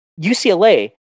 UCLA